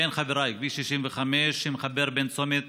כן, חבריי, כביש 65, שמחבר בין צומת